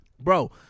bro